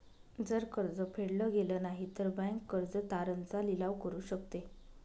जर कर्ज फेडल गेलं नाही, तर बँक कर्ज तारण चा लिलाव करू शकते